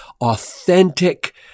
authentic